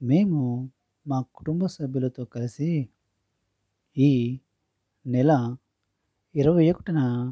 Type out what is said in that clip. మేము మా కుటుంబ సభ్యులతో కలిసి ఈ నెల ఇరవై ఒకటిన